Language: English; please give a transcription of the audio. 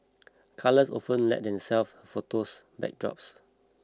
colours often lend themselves photos as backdrops